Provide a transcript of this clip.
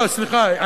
סליחה,